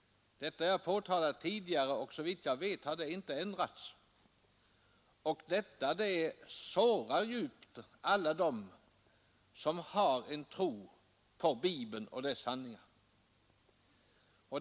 Detta är alltså påtalat tidigare, och såvitt jag vet har det inte ändrats. Sådant här sårar djupt alla dem som har en tro på Bibeln och dess sanningar.